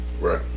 Right